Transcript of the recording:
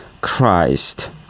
Christ